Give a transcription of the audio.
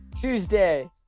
Tuesday